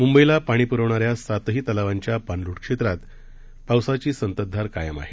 मुंबईला पाणी पुरविणाऱ्या सातही तलावांच्या पाणलोट क्षेत्रात पावसाची संततधार कायम आहे